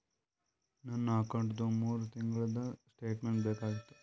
ನನ್ನ ಅಕೌಂಟ್ದು ಮೂರು ತಿಂಗಳದು ಸ್ಟೇಟ್ಮೆಂಟ್ ಬೇಕಾಗಿತ್ತು?